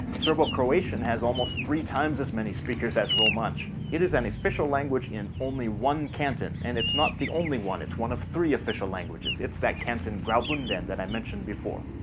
serbo-croatian has almost three times as many speakers as romansh. it is an official language in only one canton and it's not the only one it's one of three official languages. it's that canton graubunden that i mentioned before.